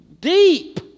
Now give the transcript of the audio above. Deep